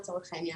לצורך העניין.